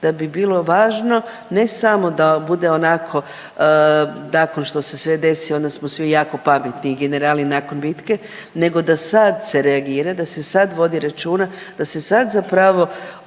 da bi bilo važno ne samo da bude onako nakon što se sve desi onda smo svi jako pametni i generali nakon bitke nego da sad se reagira, da se sad vodi računa, da se sad zapravo